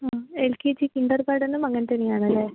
ആ L K G കിൻഡർ ഗാർഡനും അങ്ങനത്തന്നെ ആണല്ലേ